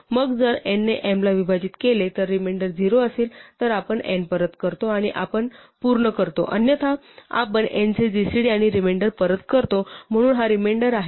मग जर n ने m ला विभाजित केले तर रिमेंडर 0 असेल तर आपण n परत करतो आणि आपण पूर्ण करतो अन्यथा आपण n चे gcd आणि रिमेंडर परत करतो म्हणून हा रिमेंडर आहे